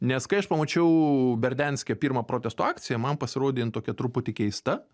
nes kai aš pamačiau berdianske pirmą protesto akciją man pasirodė jin tokia truputį keista